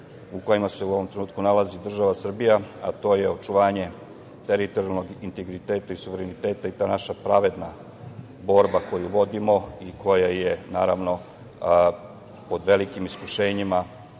u kojima se u ovom trenutku nalazi država Srbija, a to je očuvanje teritorijalnog integriteta i suvereniteta, i ta naša pravedna borba koju vodimo i koja je, naravno, pod velikim iskušenjima,